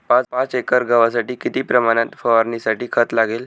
पाच एकर गव्हासाठी किती प्रमाणात फवारणीसाठी खत लागेल?